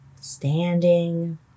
standing